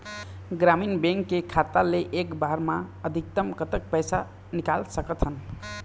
ग्रामीण बैंक के खाता ले एक बार मा अधिकतम कतक पैसा निकाल सकथन?